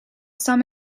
some